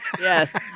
Yes